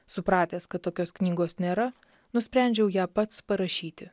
supratęs kad tokios knygos nėra nusprendžiau ją pats parašyti